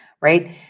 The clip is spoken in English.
right